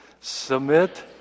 submit